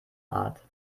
art